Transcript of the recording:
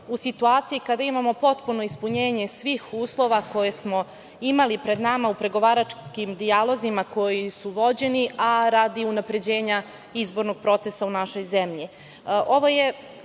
u situaciji kada imamo potpuno ispunjenje svih uslova koje smo imali pred nama, pregovaračkim dijalozima koji su vođeni, a radi unapređenja izbornog procesa u našoj zemlji. Ovo